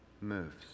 moves